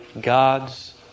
gods